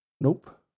Nope